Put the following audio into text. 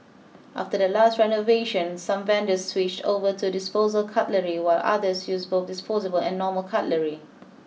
after the last renovation some vendors switched over to disposable cutlery while others use both disposable and normal cutlery